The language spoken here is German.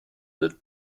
wird